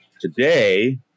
today